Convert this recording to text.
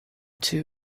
too